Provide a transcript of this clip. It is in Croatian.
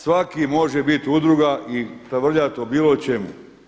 Svaki može biti udruga i tavrljat o bilo čemu.